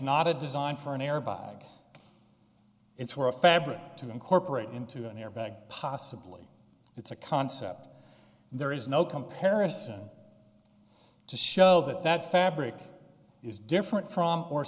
not a design for an airbag it's for a fabric to incorporate into an airbag possibly it's a concept there is no comparison to show that that fabric is different from or